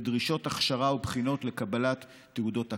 ודרישות הכשרה ובחינות לקבלת תעודות הכרה.